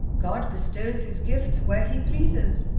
god bestows his gifts where he pleases!